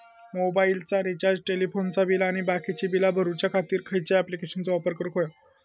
मोबाईलाचा रिचार्ज टेलिफोनाचा बिल आणि बाकीची बिला भरूच्या खातीर खयच्या ॲप्लिकेशनाचो वापर करूक होयो?